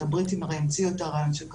הבריטים הרי המציאו את הרעיון של Constitution,